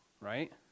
right